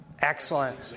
Excellent